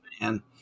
man